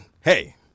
hey